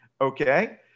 Okay